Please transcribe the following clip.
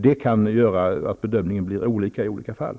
Det kan göra att bedömningen blir olika i olika fall.